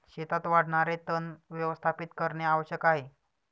शेतात वाढणारे तण व्यवस्थापित करणे आवश्यक आहे